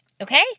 okay